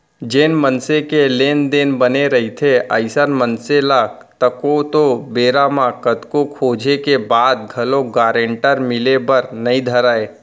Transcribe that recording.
जेन मनसे के लेन देन बने रहिथे अइसन मनसे ल तको तो बेरा म कतको खोजें के बाद घलोक गारंटर मिले बर नइ धरय